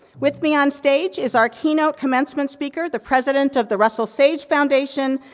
with me on stage, is our keynote commencement speaker, the president of the russel sage foundation,